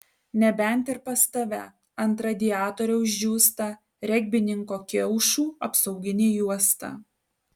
nebent ir pas tave ant radiatoriaus džiūsta regbininko kiaušų apsauginė juosta